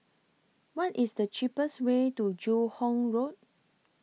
What IS The cheapest Way to Joo Hong Road